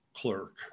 clerk